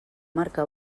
marca